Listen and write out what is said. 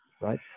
right